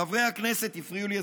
חברי הכנסת הפריעו לי,